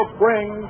bring